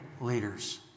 leaders